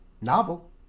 novel